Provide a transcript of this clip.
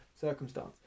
circumstance